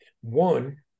One